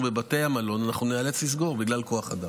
בבתי המלון אנחנו ניאלץ לסגור בגלל כוח אדם.